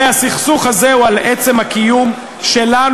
הרי הסכסוך הזה הוא על עצם הקיום שלנו,